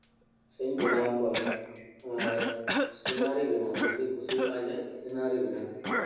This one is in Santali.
ᱥᱮᱧ ᱵᱮᱱᱟᱣ ᱠᱚᱣᱟ ᱟᱨ ᱥᱤᱱᱟᱨᱤ ᱵᱮᱱᱟᱣᱟ ᱵᱮᱥᱤᱧ ᱠᱩᱥᱤᱭᱟᱜᱼᱟ ᱡᱮ ᱥᱤᱱᱟᱨᱤ ᱵᱮᱱᱟᱣ